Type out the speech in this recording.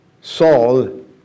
Saul